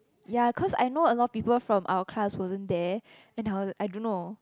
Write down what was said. ya cause I know a lot of people from our class wasn't there and I I don't know